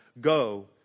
go